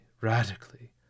radically